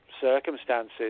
circumstances